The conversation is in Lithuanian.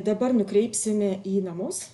dabar nukreipsime į namus